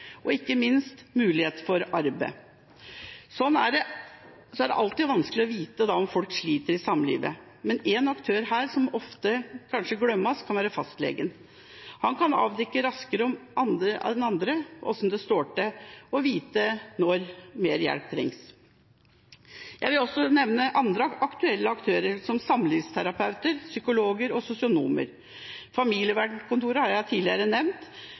og ikke minst, muligheter for arbeid. Så er det alltid vanskelig å vite om folk sliter i samlivet, men én aktør her, som kanskje ofte glemmes, kan være fastlegen, som raskere enn andre kan avdekke hvordan det står til, og vite når det trengs mer hjelp. Jeg vil også nevne andre aktuelle aktører, som samlivsterapeuter, psykologer og sosionomer. Familievernkontoret har jeg tidligere nevnt,